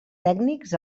tècnics